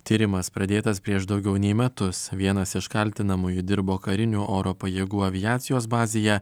tyrimas pradėtas prieš daugiau nei metus vienas iš kaltinamųjų dirbo karinių oro pajėgų aviacijos bazėje